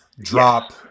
drop